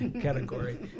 category